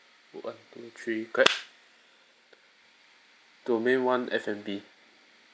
one two three clap domain one F and B